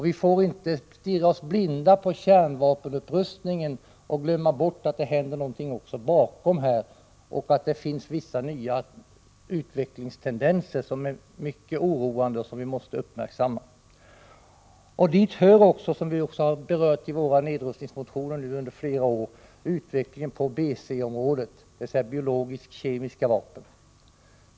Vi får inte stirra oss blinda på kärnvapenupprustningen och glömma bort att det händer saker också på andra områden, att det finns vissa nya tendenser i utvecklingen som är mycket oroande och som vi måste uppmärksamma. Dit hör också, vilket vi under flera år även berört i våra nedrustningsmotioner, utvecklingen på BC-området, dvs. biologiska och kemiska stridsmedel.